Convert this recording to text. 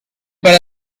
para